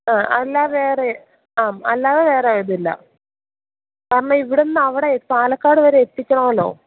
ആ അല്ലാ വേറെ ആം അല്ലാതെ വേറെ ഇതില്ല കാരണം ഇവിടെ നിന്ന് അവിടെ പാലക്കാട് വരെ എത്തിക്കണമല്ലോ